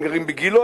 הם גרים בגילה,